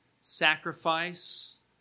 sacrifice